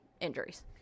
injuries